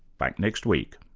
back next week